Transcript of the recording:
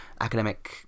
academic